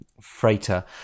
freighter